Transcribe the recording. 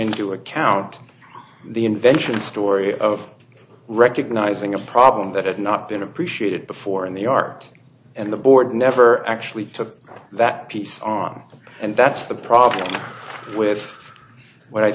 into account the invention story of recognizing a problem that had not been appreciated before in the art and the board never actually took that piece on and that's the problem with what i